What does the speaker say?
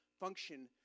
function